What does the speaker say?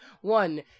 One